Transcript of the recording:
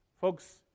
Folks